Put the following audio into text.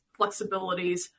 flexibilities